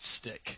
Stick